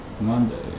Monday